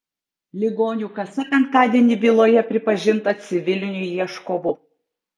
ligonių kasa penktadienį byloje pripažinta civiliniu ieškovu